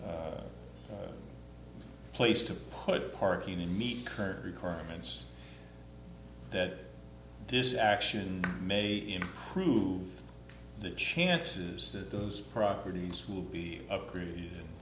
place to put parking in meet current requirements that this action may improve the chances that those properties will be upgraded